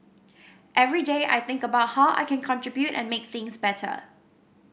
every day I think about how I can contribute and make things better